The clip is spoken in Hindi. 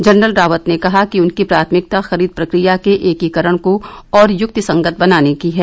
जनरल रावत ने कहा कि उनकी प्राथमिकता खरीद प्रक्रिया के एकीकरण को और युक्तिसंगत बनाने की है